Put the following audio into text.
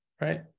right